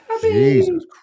Jesus